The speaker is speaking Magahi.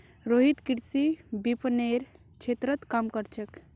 रोहित कृषि विपणनेर क्षेत्रत काम कर छेक